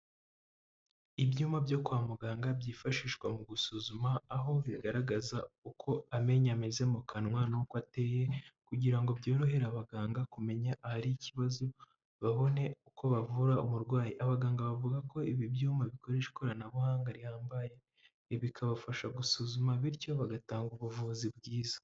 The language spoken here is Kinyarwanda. Ibyuma byo kwa muganga byifashishwa mu gusuzuma, aho bigaragaza uko amenyo ameze mu kanwa n'uko ateye, kugira ngo byorohere abaganga kumenya ahari ikibazo, babone uko bavura uburwayi. abaganga bavuga ko ibi byumba bikoresha ikoranabuhanga rihambaye, bikabafasha gusuzuma bityo bagatanga ubuvuzi bwiza.